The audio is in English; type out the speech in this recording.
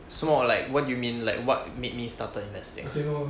什么 like what do you mean like what made me started investing